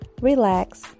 relax